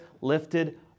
lifted